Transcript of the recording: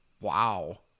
wow